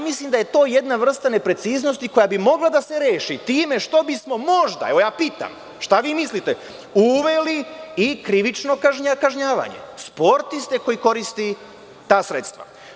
Mislim da je to jedna vrsta nepreciznosti koja bi mogla da se reši time što bismo možda, pitam – šta vi mislite, uveli i krivično kažnjavanje, sportiste koji koristi ta sredstva.